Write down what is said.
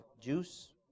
juice